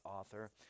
author